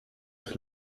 ist